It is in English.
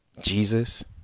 Jesus